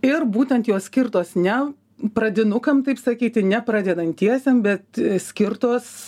ir būtent jos skirtos ne pradinukam taip sakyti ne pradedantiesiem bet skirtos